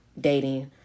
dating